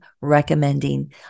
recommending